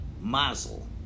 Mazel